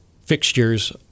fixtures